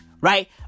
right